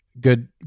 good